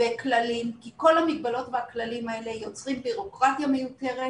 וכללים כי כל המגבלות והכללים האלה יוצרים בירוקרטיה מיותרת,